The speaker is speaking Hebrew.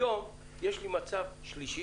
היום יש לי מצב שלישי,